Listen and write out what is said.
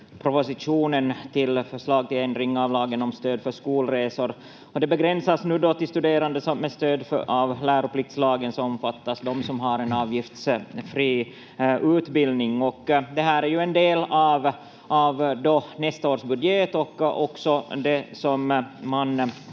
propositionen till förslag till ändring av lagen om stöd för skolresor. Det begränsas nu till studerande som med stöd av läropliktslagen omfattas av avgiftsfri utbildning. Det här är ju en del av nästa års budget och också det som man